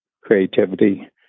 creativity